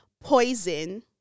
poison